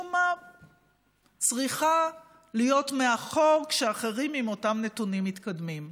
ומשום מה צריכה להיות מאחור כשאחרים עם אותם נתונים מתקדמים?